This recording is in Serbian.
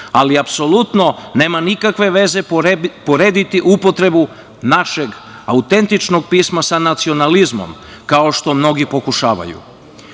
ali apsolutno nema nikakve veze porediti upotrebu našeg autentičnog pisma sa nacionalizmom, kao što mnogi pokušavaju.